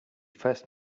first